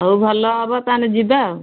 ହଉ ଭଲ ହେବ ତାନେ ଯିବା ଆଉ